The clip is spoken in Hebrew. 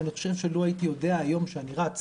אני חושב שלו הייתי יודע היום שאני רץ